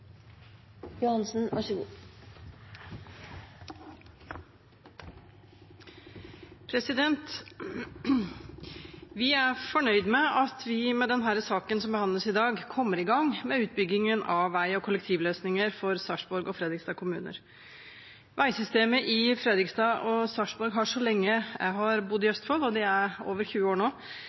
Vi er fornøyd med at vi med denne saken som behandles i dag, kommer i gang med utbyggingen av vei og kollektivløsninger for Sarpsborg kommune og Fredrikstad kommune. Veisystemet i Fredrikstad og Sarpsborg har så lenge jeg har bodd i Østfold – i over 20 år